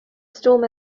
storm